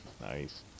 nice